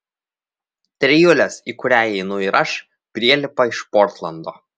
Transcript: trijulės į kurią įeinu ir aš prielipa iš portlando